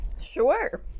Sure